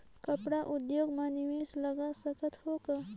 कपड़ा उद्योग म निवेश लगा सकत हो का?